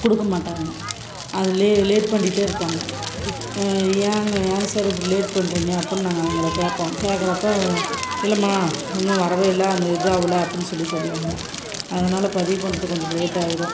கொடுக்க மாட்டாங்க அது லேட் பண்ணிட்டே இருப்பாங்க ஏங்க ஏன் சார் இப்படி லேட் பண்ணுறிங்க அப்புடினு நாங்கள் அவங்கள கேட்போம் கேக்கிறப்ப இல்லைம்மா இன்னும் வரவே இல்லை அந்த இது ஆகல அப்புடினு சொல்லி சொல்வாங்க அதனால பதிவு பண்ணுறது கொஞ்சம் லேட் ஆகிரும்